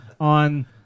on